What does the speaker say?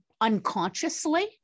unconsciously